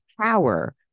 power